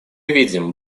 видим